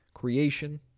creation